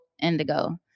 Indigo